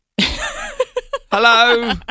Hello